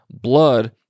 blood